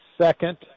second